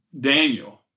Daniel